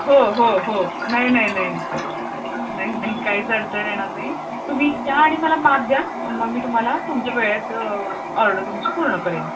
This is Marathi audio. हो हो हो नाही नाही नाही नाही नाही काहीच अडचण येणार नाही तुम्ही या आणि मला माप द्या मग मी तुम्हाला तुमच्या वेळेत ऑर्डर तुमची पूर्ण करेन